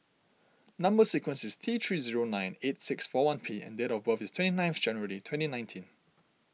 Number Sequence is T three zero nine eight six four one P and date of birth is twenty nine of January twenty nineteen